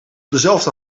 dezelfde